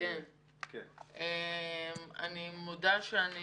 אני מודה שאני